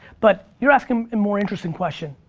but you're asking a more interesting question,